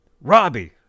Robbie